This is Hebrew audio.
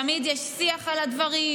תמיד יש שיח על הדברים,